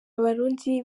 abarundi